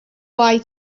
why